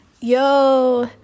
yo